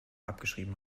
abgeschrieben